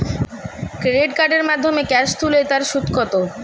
Credit কার্ডের মাধ্যমে cash তুলে তার সুদ কত?